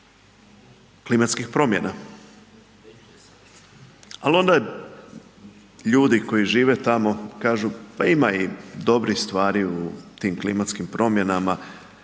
klimatskih promjena. Ali onda ljudi koji žive tamo kažu, pa ima i dobrih stvari u tim klimatskim promjenama,